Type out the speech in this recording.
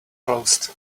closed